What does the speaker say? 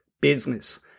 business